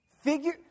Figure